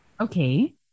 Okay